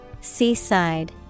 Seaside